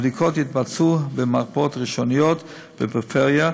הבדיקות יתבצעו במרפאות ראשוניות בפריפריה,